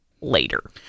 later